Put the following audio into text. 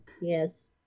Yes